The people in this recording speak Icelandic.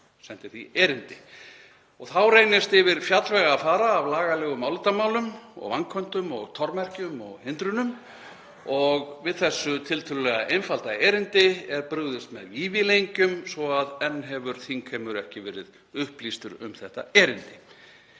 sendir því erindi. Þá reynist yfir fjallvegi að fara af lagalegum álitamálum og vanköntum og tormerkjum og hindrunum og við þessu tiltölulega einfalda erindi er brugðist með vífilengjum svo að enn hefur þingheimur ekki verið upplýstur um þetta erindi.